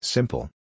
Simple